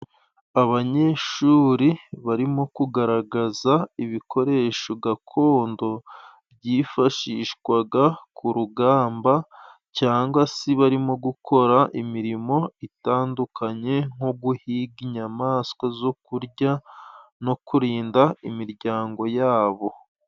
Abanyeshuri barimo kugaragaza ibikoresho gakondo byifashishwaga ku rugamba cyangwa se barimo gukora imirimo itandukanye nko guhiga inyamaswa zo kurya no kurinda imiryango yabo.